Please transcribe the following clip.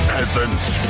Peasants